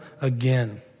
again